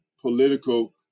political